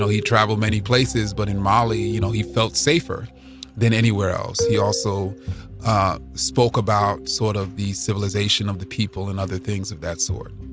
so he traveled many places, but in ma li you know he felt safer than anywhere else. he also spoke about sort of the civilization of the people and other things of that sort.